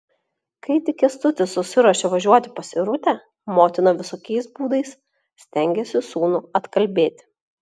kai tik kęstutis susiruošė važiuoti pas irutę motina visokiais būdais stengėsi sūnų atkalbėti